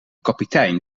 kapitein